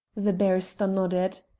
the barrister nodded.